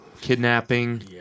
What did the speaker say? kidnapping